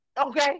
Okay